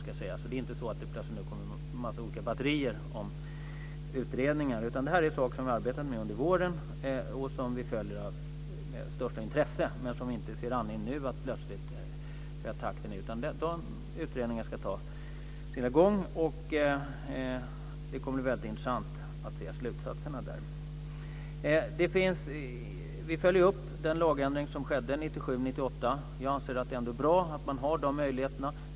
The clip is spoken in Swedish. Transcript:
Det är alltså inte så att det nu plötsligt kommer ett batteri utredningar, utan det här är saker som vi har arbetat med under våren, som vi följer med största intresse men som vi inte ser anledning att nu plötsligt höja takten i. Dessa utredningar ska ha sin gång. Det kommer att bli väldigt intressant att se slutsatserna. Vi följer upp den lagändring som skedde 1997/98. Jag anser att det ändå är bra att man har dessa möjligheter.